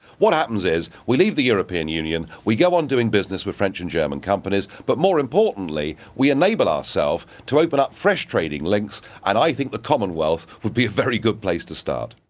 what happens is we leave the european union, we go on doing business with french and german companies, but more importantly we enable ourselves to open up fresh trading links, and i think the commonwealth would be a very good place to start.